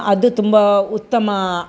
ಅದು ತುಂಬ ಉತ್ತಮ